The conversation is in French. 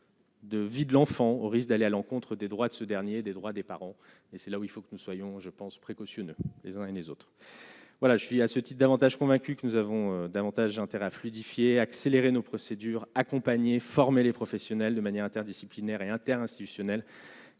De vie de l'enfant, au risque d'aller à l'encontre des droites de ce dernier des droits des parents et c'est là où il faut que nous soyons je pense précautionneux, les uns et les autres, voilà je vis à ce type davantage convaincus que nous avons davantage intérêt à fluidifier accélérer nos procédures, accompagner, former les professionnels, de manière interdisciplinaire et inter-institutionnel